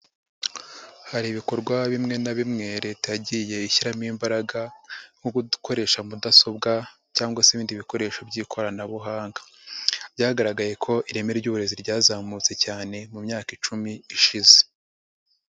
Hari ibikorwa bimwe na bimwe Leta yagiye ishyiramo imbaraga nko gukoresha mudasobwa cyangwa se ibindi bikoresho by'ikoranabuhanga, byagaragaye ko ireme ry'uburezi ryazamutse cyane mu myaka icumi ishize.